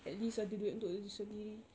at least ada duit untuk diri sendiri